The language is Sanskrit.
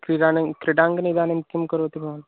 क्रीडाङ्गणे क्रीडाङ्गणे इदानीं किं करोति भवान्